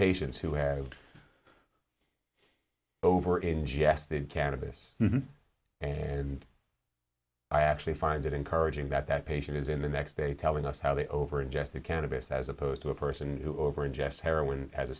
patients who had over ingested cannabis and i actually find it encouraging that that patient is in the next day telling us how they over ingested cannabis as opposed to a person who over ingest heroin has a